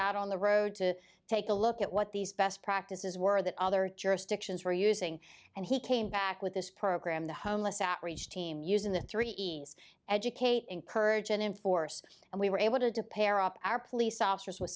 out on the road to take a look at what these best practices were that other jurisdictions were using and he came back with this program the homeless outreach team used in the three educate encourage and enforce and we were able to pair up our police officers with